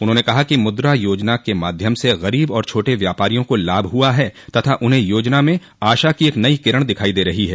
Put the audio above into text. उन्होंने कहा कि मुद्रा योजना के माध्यम से गरीब और छोटे व्यापारियों को लाभ हुआ है तथा उन्हें योजना में आशा की एक नई किरण दिखाई दे रही है